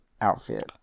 outfit